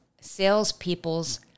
salespeople's